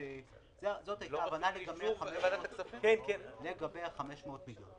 הייתה ההבנה לגבי ה-500 מיליון.